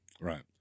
Right